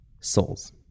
souls